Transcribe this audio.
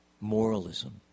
moralism